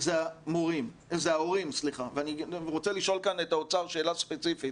זה ההורים ואני רוצה לשאול כאן את האוצר שאלה ספציפית,